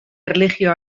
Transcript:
erlijio